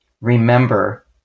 remember